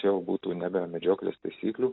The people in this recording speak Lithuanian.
čia jau būtų nebe medžioklės taisyklių